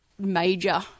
major